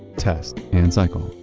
test and cycle